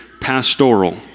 pastoral